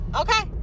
okay